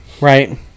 right